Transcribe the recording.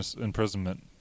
imprisonment